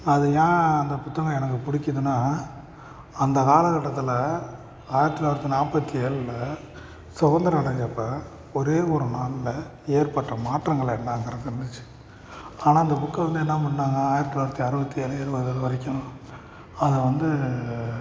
அது ஏன் அந்த புத்தகம் எனக்கு பிடிக்குதுன்னா அந்த காலக்கட்டத்தில் ஆயிரத்தி தொள்ளாயிரத்தி நாற்பத்தி ஏழுல சுதந்திரம் அடைஞ்சப்போ ஒரே ஒரு நாளில் ஏற்பட்ட மாற்றங்கள் என்னாங்கிறது தெரிஞ்சிச்சு ஆனால் அந்த புக்கை வந்து என்ன பண்ணாங்க ஆயிரத்தி தொள்ளாயிரத்தி அறுபத்தி ஏழு எழுவது அது வரைக்கும் அதை வந்து